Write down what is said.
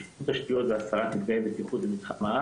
שיפור תשתיות והסרת מפגעי בטיחות במתחם.